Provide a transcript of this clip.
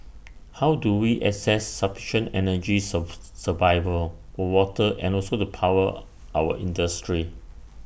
how do we access sufficient energy survival for water and also to power our industry